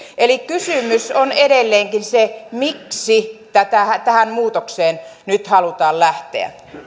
eli kysymys on edelleenkin miksi tähän muutokseen nyt halutaan lähteä